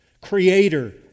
Creator